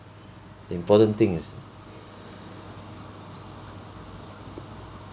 important things